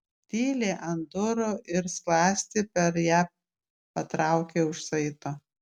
tyliai ant durų ir skląstį per ją patraukė už saito